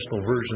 Version